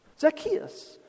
Zacchaeus